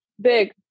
big